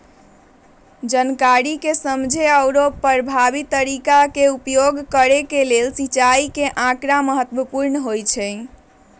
जनकारी के समझे आउरो परभावी तरीका के उपयोग करे के लेल सिंचाई के आकड़ा महत्पूर्ण हई